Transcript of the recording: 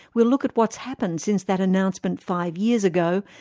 we'll look at what's happened since that announcement five years ago,